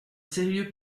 sérieux